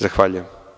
Zahvaljujem.